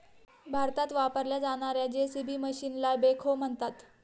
भारतात वापरल्या जाणार्या जे.सी.बी मशीनला बेखो म्हणतात